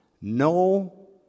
No